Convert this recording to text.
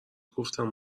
گفتم